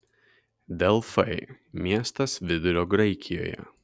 delfai miestas vidurio graikijoje